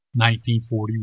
1941